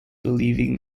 believing